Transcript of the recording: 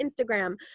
Instagram